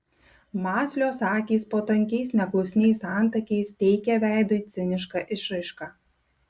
mąslios akys po tankiais neklusniais antakiais teikė veidui cinišką išraišką